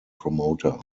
promoter